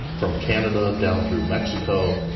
from canada down through mexico.